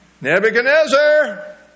Nebuchadnezzar